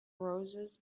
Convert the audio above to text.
roses